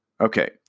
Okay